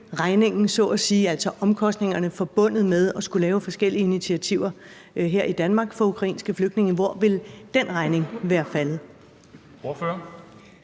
omkostningerne forbundet med at skulle lave forskellige initiativer her i Danmark for ukrainske flygtninge, være faldet?